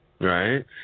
Right